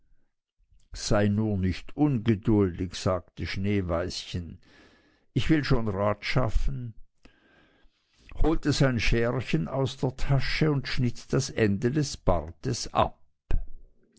sei nur nicht ungeduldig sagte schneeweißchen ich will schon rat schaffen holte sein scherchen aus der tasche und schnitt das ende des bartes ab